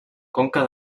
conca